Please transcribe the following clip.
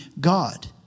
God